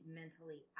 mentally